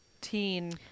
teen